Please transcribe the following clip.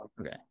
Okay